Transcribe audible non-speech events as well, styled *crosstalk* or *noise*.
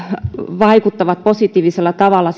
vaikuttavat positiivisella tavalla *unintelligible*